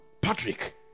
patrick